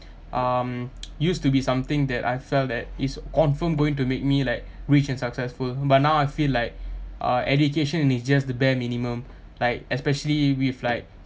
um used to be something that I felt that it's confirm going to make me like rich and successful but now I feel like uh education in is just the bare minimum like especially with like